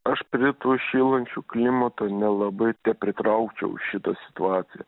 aš prie to šylančio klimato nelabai tepritraukčiau šitą situaciją